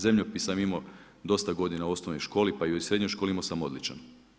Zemljopis sam imao dosta godina u osnovnoj školi, pa i u srednjoj školi, imao sam odličan.